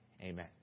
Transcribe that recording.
Amen